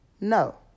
No